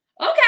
okay